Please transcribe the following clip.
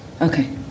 Okay